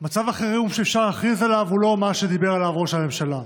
מצב החירום שאפשר להכריז עליו הוא לא מה שדיבר עליו ראש הממשלה,